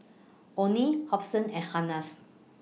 Onie Hobson and